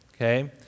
Okay